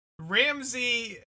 ramsey